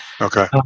Okay